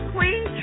Queen